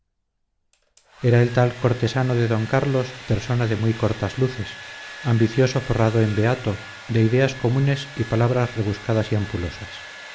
el tal cortesano de d carlos persona de muy cortas luces ambicioso forrado en beato de ideas comunes y palabras rebuscadas y ampulosas